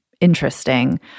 interesting